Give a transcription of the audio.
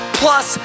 plus